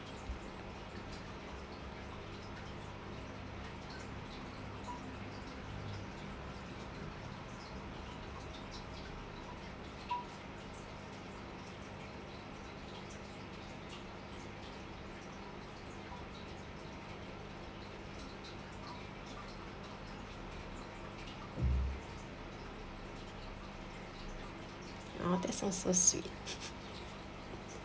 oh that sound so sweet